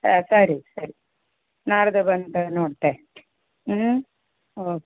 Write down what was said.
ಸ ಸರಿ ಸರಿ ನಾಡ್ದು ಬಂದು ನೋಡ್ತೆ ಹ್ಞೂ ಓಕ್